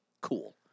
cool